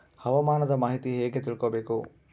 ಹವಾಮಾನದ ಮಾಹಿತಿ ಹೇಗೆ ತಿಳಕೊಬೇಕು?